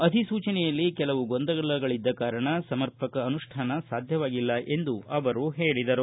ಅಧಿಸೂಚನೆಯಲ್ಲಿ ಕೆಲವು ಗೊಂದಲಗಳಿದ್ದ ಕಾರಣ ಸಮರ್ಪಕ ಅನುಷ್ಠಾನ ಸಾಧ್ಯವಾಗಿಲ್ಲ ಎಂದು ಅವರು ಹೇಳಿದರು